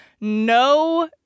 no